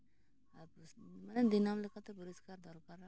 ᱢᱟᱱᱮ ᱫᱤᱱᱟᱹᱢ ᱞᱮᱠᱟᱛᱮ ᱯᱚᱨᱤᱥᱠᱟᱨ ᱫᱚᱨᱠᱟᱨᱟ